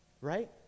right